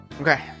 Okay